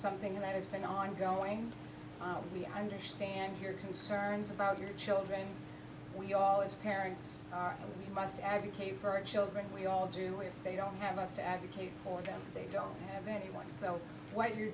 something that has been ongoing we understand here concerns about your children we all as parents are the best advocate for our children we all do if they don't have us to advocate for them they don't have anyone so what you're